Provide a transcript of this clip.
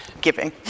giving